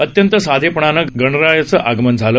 अत्यंत साधेपणाने गणरायाचं आगमन झालं